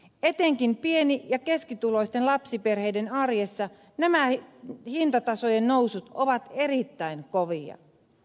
etenkin pieni ja keskituloisten lapsiperheiden arjessa nämä hintatasojen nousut ovat erittäin kovia